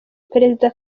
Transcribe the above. perezida